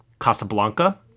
Casablanca